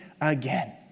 again